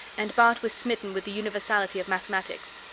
and bart was smitten with the universality of mathematics.